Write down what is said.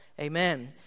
Amen